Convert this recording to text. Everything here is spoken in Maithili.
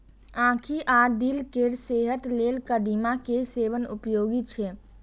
आंखि आ दिल केर सेहत लेल कदीमा के सेवन उपयोगी छै